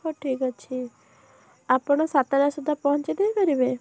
ହଉ ଠିକ୍ ଅଛି ଆପଣ ସାତଟା ସୁଦ୍ଧା ପହଞ୍ଚେଇଦେଇ ପାରିବେ